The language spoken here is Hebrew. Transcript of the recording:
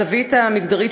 הזווית המגדרית,